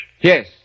Yes